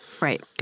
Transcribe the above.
Right